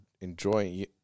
enjoying